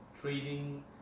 trading